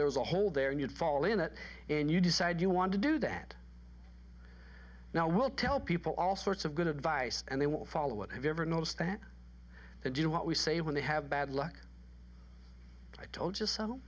there was a hole there and you'd fall in it and you decide you want to do that now will tell people all sorts of good advice and they will follow what have you ever noticed that they do what we say when they have bad luck i told